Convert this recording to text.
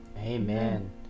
Amen